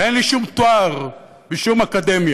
אין לי שום תואר משום אקדמיה.